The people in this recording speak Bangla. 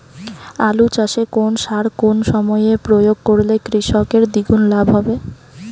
আলু চাষে কোন সার কোন সময়ে প্রয়োগ করলে কৃষকের দ্বিগুণ লাভ হবে?